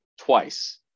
twice